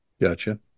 Gotcha